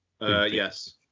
Yes